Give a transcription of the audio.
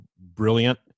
brilliant